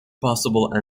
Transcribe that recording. possible